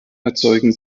erzeugen